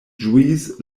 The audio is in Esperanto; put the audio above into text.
ĝuis